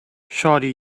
shawty